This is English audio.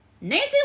Nancy